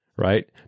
right